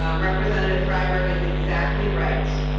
um representative freiberg is exactly right.